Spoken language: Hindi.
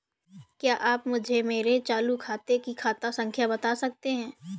क्या आप मुझे मेरे चालू खाते की खाता संख्या बता सकते हैं?